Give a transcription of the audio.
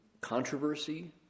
controversy